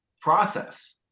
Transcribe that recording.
process